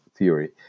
Theory